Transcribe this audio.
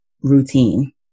routine